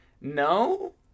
No